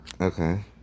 Okay